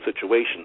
situation